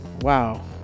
wow